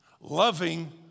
loving